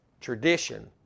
tradition